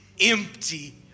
empty